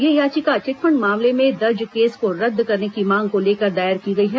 यह याचिका चिटफंड मामले में दर्ज केस को रद्द करने की मांग को लेकर दायर की गई है